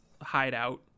hideout